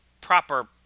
proper